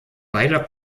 beider